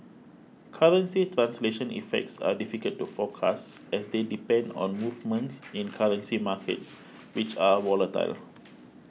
currency translation effects are difficult to forecast as they depend on movements in currency markets which are volatile